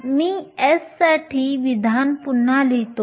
मी s साठी विधान पुन्हा लिहितो